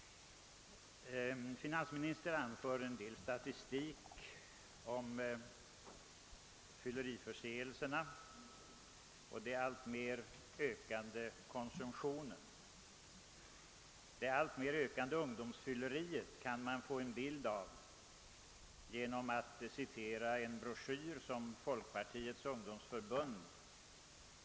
Finansministern anför en del statistiska uppgifter om fylleriförseelserna och den alltmer ökande alkoholkonsumtionen. Man kan få en bild av det ökande ungdomsfylleriet genom att studera en broschyr, som utgivits av Folkpartiets ungdomsförbund.